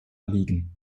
erliegen